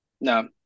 No